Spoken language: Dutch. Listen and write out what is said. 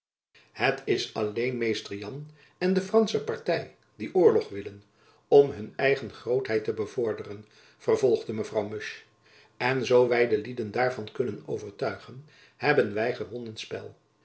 het is alleen mr jan en de fransche party die oorlog willen om hun eigen grootheid te bevorderen vervolgde mevrouw musch en zoo wy de lieden daarvan kunnen overtuigen hebben wy gewonnen spel